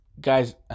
guys